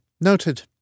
Noted